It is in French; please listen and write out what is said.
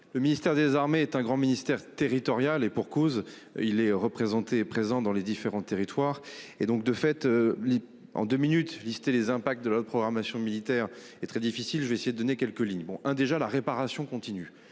Le ministère des Armées est un grand ministère territorial et pour cause, il est représenté présents dans les différents territoires et donc de fait. En deux minutes, lister les impacts de la programmation militaire est très difficile. Je vais essayer de donner quelques lignes bon hein déjà la réparation continue